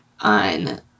on